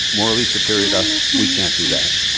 morally superior to us, we can't do that.